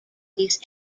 these